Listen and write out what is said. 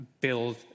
build